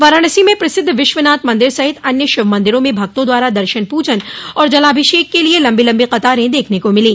वाराणसी में प्रसिद्ध विश्वनाथ मंदिर सहित अन्य शिव मंदिरों में भक्तों द्वारा दर्शन पूजन और जलाभिषेक के लिए लम्बी लम्बी कतारें देखने को मिली